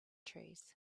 trees